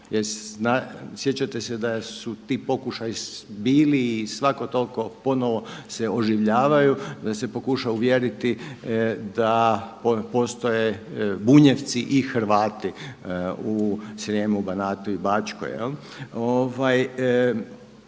jer sjećate se da su ti pokušaju bili i svako toliko ponovno se oživljavaju da se pokuša uvjeriti da postoje Bunjevci i Hrvati u Srijemu, Banatu i Bačkoj.